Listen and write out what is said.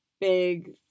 big